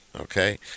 Okay